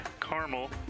caramel